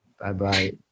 Bye-bye